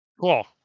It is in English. cool